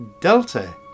Delta